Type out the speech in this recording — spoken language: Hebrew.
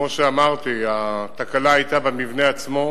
כמו שאמרתי, התקלה היתה במבנה עצמו,